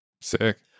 Sick